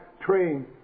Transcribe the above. train